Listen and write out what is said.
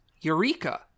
Eureka